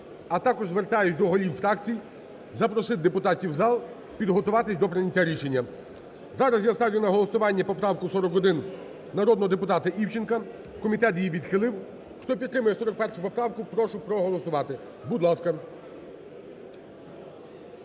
а також звертаюся до голів фракцій запросити депутатів в зал, підготуватись до прийняття рішення. Зараз я ставлю на голосування поправку 41, народного депутата Івченка. Комітет її відхилив. Хто підтримує 41 поправку, прошу проголосувати. Будь ласка.